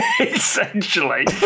essentially